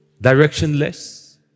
directionless